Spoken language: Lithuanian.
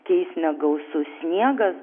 keis negausus sniegas